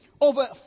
Over